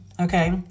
Okay